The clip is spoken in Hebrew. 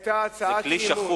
והיתה הצעת אי-אמון, זה כלי שחוק.